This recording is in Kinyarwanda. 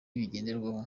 bigenderwaho